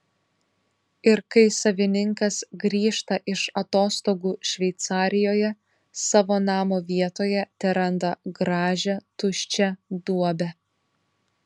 ir kai savininkas grįžta iš atostogų šveicarijoje savo namo vietoje teranda gražią tuščią duobę